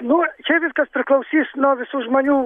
nu čia viskas priklausys nuo visų žmonių